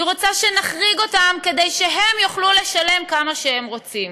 היא רוצה שנחריג אותם כדי שהם יוכלו לשלם כמה שהם רוצים.